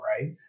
right